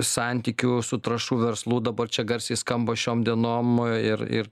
santykių su trąšų verslu dabar čia garsiai skamba šioms dienom ir ir